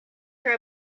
her